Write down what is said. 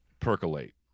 Percolate